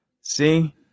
See